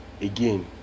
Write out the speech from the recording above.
again